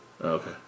Okay